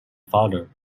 father